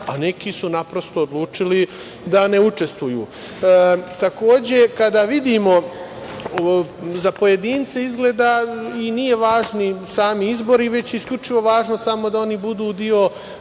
a neki su naprosto odlučili da ne učestvuju. Takođe, kada vidimo, za pojedince izgleda i nisu važni sami izbori, već je isključivo važno samo da oni budu deo